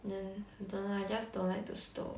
then don't know I just don't like to stow